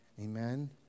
Amen